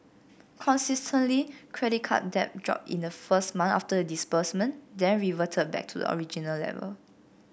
consistently credit card debt dropped in the first months after the disbursement then reverted back to the original level